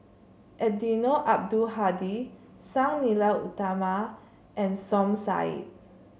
Eddino Abdul Hadi Sang Nila Utama and Som Said